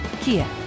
Kia